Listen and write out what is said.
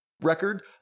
record